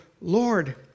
Lord